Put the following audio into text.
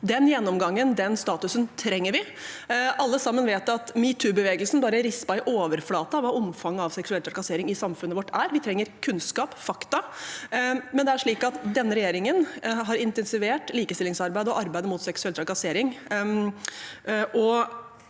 den statusen trenger vi. Alle vet at metoo-bevegelsen bare rispet i overflaten av hva omfanget av seksuell trakassering i samfunnet vårt er. Vi trenger kunnskap og fakta. Denne regjeringen har intensivert likestillingsarbeidet og arbeidet mot seksuell trakassering